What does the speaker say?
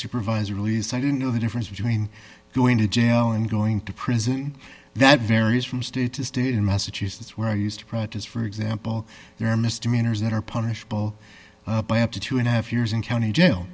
supervisor release i didn't know the difference between going to jail and going to prison that varies from state to state in massachusetts where i used to practice for example there are misdemeanors that are punished all by up to two and a half years in county jail